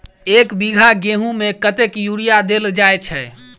एक बीघा गेंहूँ मे कतेक यूरिया देल जाय छै?